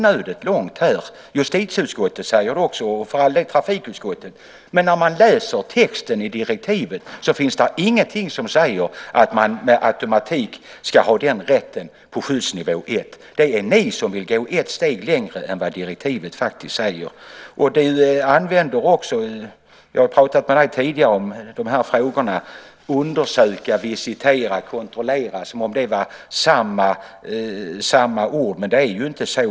Justitieutskottet säger det också och för all del även trafikutskottet. När man läser texten i direktivet kan man se att där inte finns någonting som säger att man med automatik ska ha den rätten på skyddsnivå 1. Det är ni som vill gå ett steg längre än direktivet faktiskt säger. Jag har pratat med dig tidigare om de här frågorna, och du använder orden undersöka, visitera och kontrollera som om de vore samma ord. Men det är ju inte så.